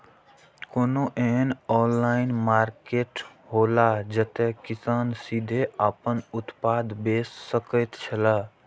कोनो एहन online market हौला जते किसान सीधे आपन उत्पाद बेच सकेत छला?